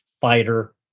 fighter